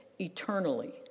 eternally